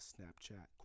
Snapchat